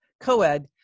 co-ed